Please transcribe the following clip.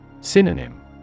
Synonym